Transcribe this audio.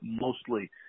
mostly